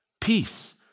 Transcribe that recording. peace